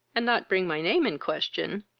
and not bring my name in question.